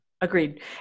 agreed